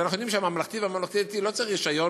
אז אנחנו יודעים שהממלכתי והממלכתי-דתי לא צריכים רישיון,